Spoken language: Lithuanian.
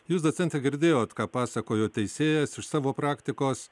jūs docente girdėjot ką pasakojo teisėjas iš savo praktikos